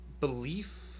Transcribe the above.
belief